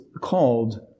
called